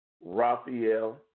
Raphael